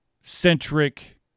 centric